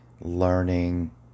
learning